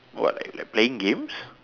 what like like playing games